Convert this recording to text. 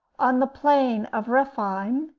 on the plain of rephaim,